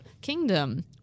Kingdom